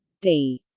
d.